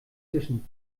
zwischen